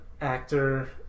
actor